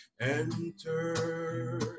enter